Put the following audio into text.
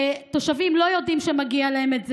תושבים לא יודעים שמגיע להם את זה,